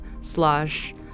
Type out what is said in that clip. slash